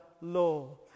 law